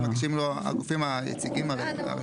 מתוך רשימה שמציעים לו הגופים היציגים הרלוונטיים.